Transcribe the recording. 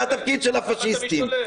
זה התפקיד של הפשיסטים.